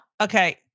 okay